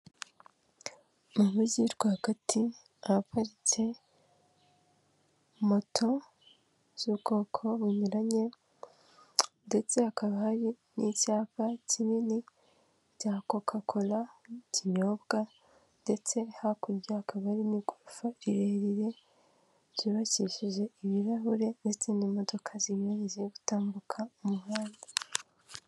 Mu mujyi rwagati ahaparitse moto z'ubwoko bunyuranye, ndetse hakaba hari n'icyapa kinini cya kokakora ikinyobwa, ndetse hakurya hakaba hari n'igorofa rirerire ryubakishije ibirahure ndetse n'imodoka zinyuranye ziri gutambuka mu muhanda.